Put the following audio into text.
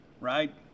right